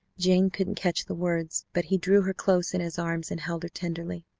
jane couldn't catch the words, but he drew her close in his arms and held her tenderly